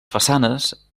façanes